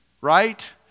Right